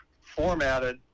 formatted